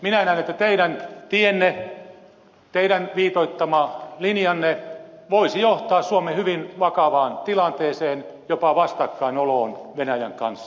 minä näen että teidän tienne teidän viitoittamanne linja voisi johtaa suomen hyvin vakavaan tilanteeseen jopa vastakkainoloon venäjän kanssa